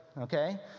okay